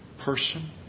person